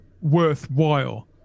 worthwhile